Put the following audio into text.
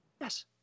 Yes